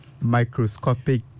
microscopic